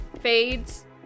fades